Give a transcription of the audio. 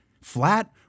Flat